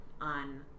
on